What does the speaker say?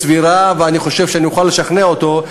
סבירה, ואני חושב שאני אוכל לשכנע אותו.